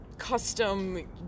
custom